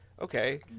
okay